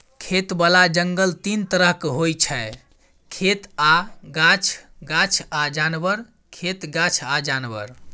खेतबला जंगल तीन तरहक होइ छै खेत आ गाछ, गाछ आ जानबर, खेत गाछ आ जानबर